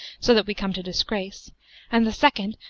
so that we come to disgrace and the second,